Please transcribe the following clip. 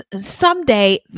someday